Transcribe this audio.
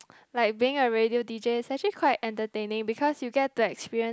like being a radio d_j is actually quite entertaining because you get to experience